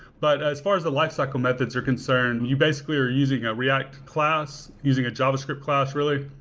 but as far as the lifecycle methods are concerned, you basically are using a react class, using a javascript class, really,